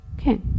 Okay